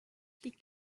liegt